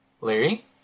Larry